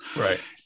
Right